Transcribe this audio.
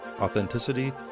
authenticity